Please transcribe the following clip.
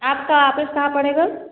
आपका आफिस कहाँ पड़ेगा